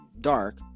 dark